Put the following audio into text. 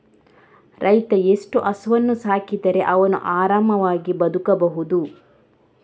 ರೈತ ಎಷ್ಟು ಹಸುವನ್ನು ಸಾಕಿದರೆ ಅವನು ಆರಾಮವಾಗಿ ಬದುಕಬಹುದು?